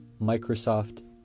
Microsoft